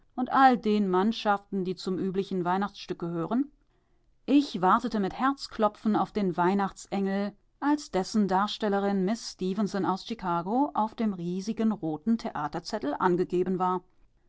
und all den mannschaften die zum üblichen weihnachtsstück gehören ich wartete mit herzklopfen auf den weihnachtsengel als dessen darstellerin miß stefenson aus chikago auf dem riesigen roten theaterzettel angegeben war